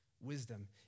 Wisdom